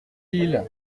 ils